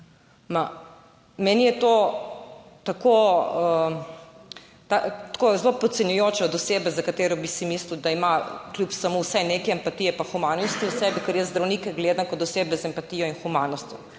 Meni je to tako zelo podcenjujoča od osebe, za katero bi si mislil, da ima kljub vsemu vsaj neke empatije pa humanosti v sebi, ker jaz zdravnike gledam kot osebe z empatijo in humanostjo.